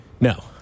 No